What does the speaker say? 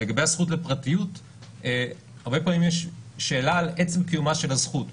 לגבי הזכות לפרטיות הרבה פעמים יש שאלה על עצם קיומה של הזכות.